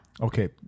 Okay